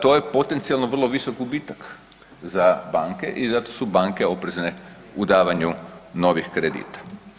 To je potencijalno vrlo visok gubitak za banke i zato su banke oprezne u davanju novih kredita.